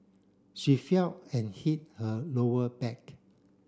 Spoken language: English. she fell and hit her lower back